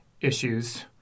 issues